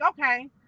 Okay